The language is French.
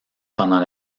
pendant